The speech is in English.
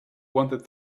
wanted